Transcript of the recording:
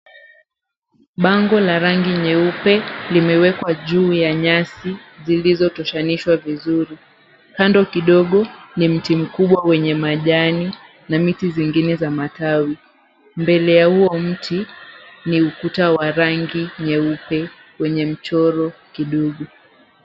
Bango la rangi nyeupe limewekwa juu ya gari zilizotoshanishwa vizuri. Kando kidogo ni mti mkubwa wenye majani na miti zingine za matawi. Mbele ya huo mti ni ukuta wa rangi nyeupe wenye mchoro kidogo.